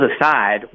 aside